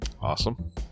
Awesome